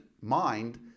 mind